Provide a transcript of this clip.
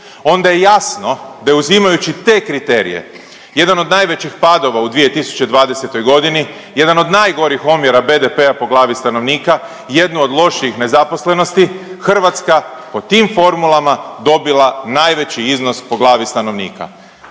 onda je jasno da je uzimajući te kriterije jedan od najvećih padova u 2020.g. jedan od najgorih omjera BDP-a po glavi stanovnika i jednu od lošijih nezaposlenosti Hrvatska po tim formulama dobila najveći iznos po glavni stanovnika.